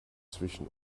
zwischen